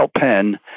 pen